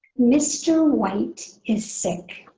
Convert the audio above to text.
mr. white is sick.